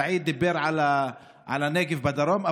סעיד דיבר על הנגב בדרום,